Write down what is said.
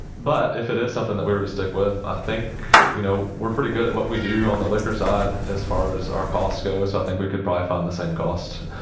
but if it is something that we were to stick with, i think, you know, we're pretty good at what we do on the liquor side as far as our costco. so i think we could price on the same cost,